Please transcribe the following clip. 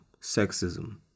sexism